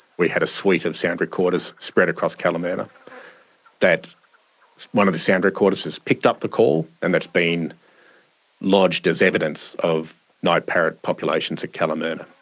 we had a suite of sound recorders spread across kalamurina that one of the sound recorders has picked up the call and that's been been lodged as evidence of night parrot populations at kalamurina.